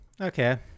Okay